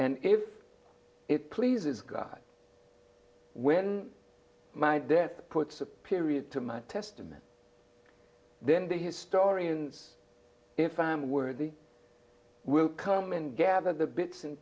and if it pleases god when my death puts a period to my testament then the historians if i'm worthy will come and gather the bits and